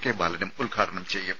K ബാലനും ഉദ്ഘാടനം ചെയ്യും